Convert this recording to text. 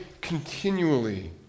continually